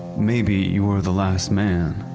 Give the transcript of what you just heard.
maybe you were the last man.